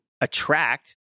attract